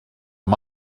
amb